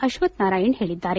ಅಕ್ವಥ್ ನಾರಾಯಣ್ ಹೇಳಿದ್ದಾರೆ